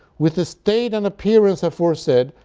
with the state and appearance aforesaid,